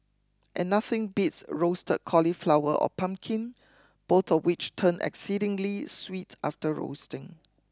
and nothing beats Roasted Cauliflower or pumpkin both of which turn exceedingly sweet after roasting